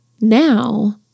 Now